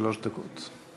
שלוש דקות.